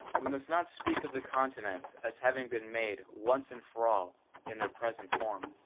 we must not speak of the continents as having been made once and for all in their present form.